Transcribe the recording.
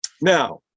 now